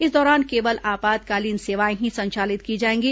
इस दौरान केवल आपातकालीन सेवाएं ही संचालित की जाएंगी